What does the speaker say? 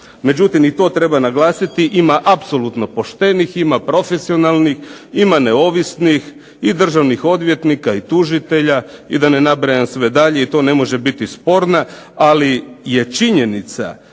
Međutim, i to treba naglasiti, ima apsolutno poštenih, ima profesionalnih, ima neovisnih i državnih odvjetnika i tužitelja i da ne nabrajam sve dalje. I to ne može biti sporno ali je činjenica